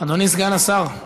אדוני סגן השר,